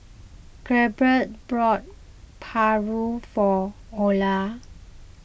Gabriel bought Paru for Olar